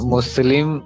Muslim